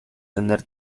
tener